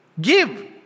give